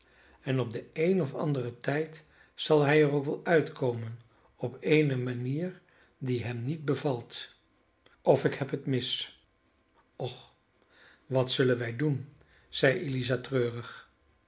en op den een of anderen tijd zal hij er ook wel uitkomen op eene manier die hem niet bevalt of ik heb het mis och wat zullen wij doen zeide eliza treurig